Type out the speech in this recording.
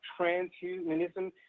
transhumanism